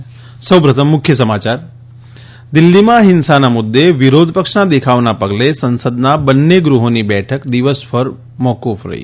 ત દિલ્ફીમાં હિંસાના મુદ્દે વિરોધપક્ષના દેખાવોના પગલે સંસદના બંને ગૃહોની બેઠક દિવસભર મોકૂફ રહી